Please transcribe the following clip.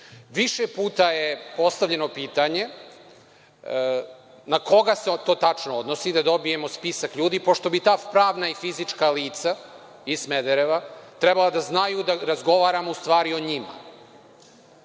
puta je postavljeno pitanje na koga se to tačno odnosi, da dobijemo spisak ljudi, pošto bi ta pravna i fizička lica iz Smedereva trebala da znaju da razgovaramo u stvari o njima